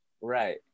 right